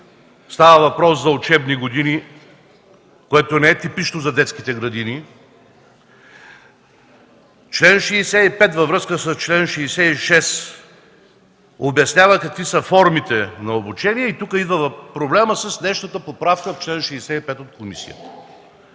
става въпрос за учебни години, което не е типично за детските градини. Член 65, във връзка с чл. 66, обяснява какви са формите на обучение и тук идва проблемът с днешната поправка на комисията